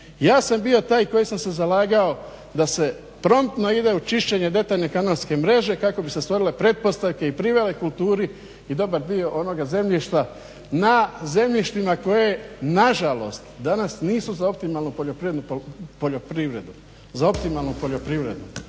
Ja sam bio taj koji sam se zalagao da se promptno ide u čišćenje detaljne kanalske mreže kako bi se stvorile pretpostavke i privele kulturi i dobar dio onoga zemljišta na zemljištima koje na žalost danas nisu za optimalnu poljoprivrednu proizvodnju.